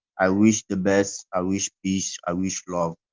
i wish the best, i wish peace, i wish love.